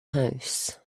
house